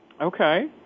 Okay